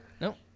Nope